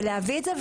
ולהביא את זה.